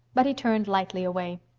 but he turned lightly away.